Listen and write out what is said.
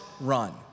run